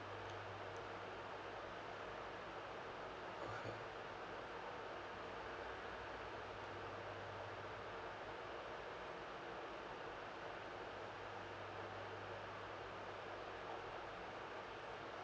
a'ah